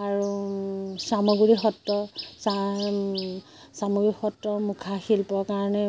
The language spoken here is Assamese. আৰু চামগুৰি সত্ৰ চামগুৰি সত্ৰৰ মুখা শিল্পৰ কাৰণে